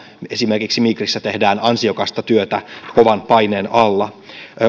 esimerkiksi migrissä tehdään ansiokasta työtä kovan paineen alla